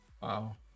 Wow